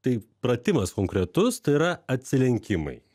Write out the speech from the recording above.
tai pratimas konkretus tai yra atsilenkimai